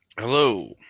Hello